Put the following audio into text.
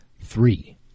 Three